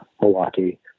Milwaukee